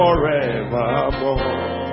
Forevermore